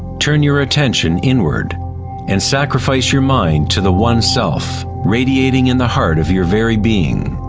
turn your attention inward and sacrifice your mind to the one self, radiating in the heart of your very being.